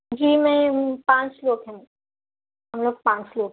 جی میں پانچ لوگ ہیں ہم لوگ پانچ لوگ